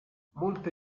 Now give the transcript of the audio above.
molte